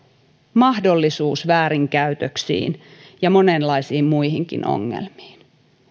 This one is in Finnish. mahdollisuus väärinkäytöksiin ja monenlaisiin muihinkin ongelmiin